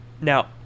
Now